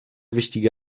wichtige